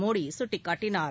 மோடி சுட்டிக்காட்டினார்